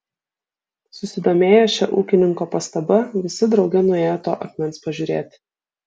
susidomėję šia ūkininko pastaba visi drauge nuėjo to akmens pažiūrėti